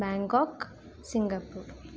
Bangkok Singapore